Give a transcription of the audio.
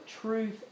truth